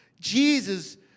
Jesus